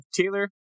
Taylor